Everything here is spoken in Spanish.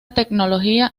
tecnología